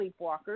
sleepwalkers